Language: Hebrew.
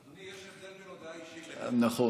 אדוני, יש הבדל בין הודעה אישית לנאום.